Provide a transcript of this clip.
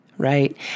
Right